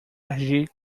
agir